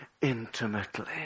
intimately